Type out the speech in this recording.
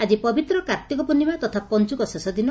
ଆଜି ପବିତ୍ର କାର୍ତ୍ତିକ ପ୍ରର୍ଣ୍ଡମା ତଥା ପଞ୍ଚକ ଶେଷଦିନ